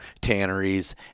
tanneries